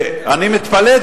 אני מתפלא,